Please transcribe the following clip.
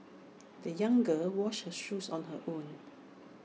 the young girl washed her shoes on her own